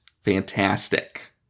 Fantastic